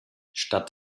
statt